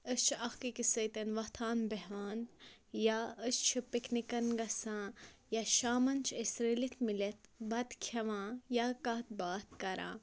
أسۍ چھِ اَکھ أکِس سۭتۍ وۄتھان بٮ۪ہان یا أسۍ چھِ پِکنِکَن گَژھان یا شامَن چھِ أسۍ رٔلِتھ مِلِتھ بَتہٕ کھٮ۪وان یا کَتھ باتھ کَران